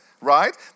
right